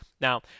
Now